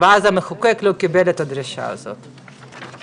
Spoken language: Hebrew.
והמחוקק לא קיבל את הדרישה הזאת אז.